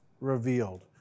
revealed